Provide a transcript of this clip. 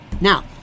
Now